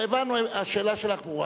הבנו, השאלה שלך ברורה.